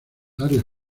áreas